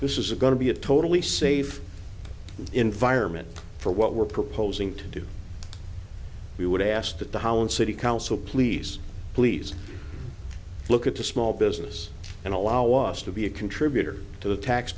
this is going to be a totally safe environment for what we're proposing to do we would ask that the holland city council please please look at the small business and allow us to be a contributor to the tax